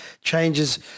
changes